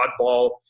oddball